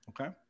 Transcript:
Okay